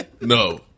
No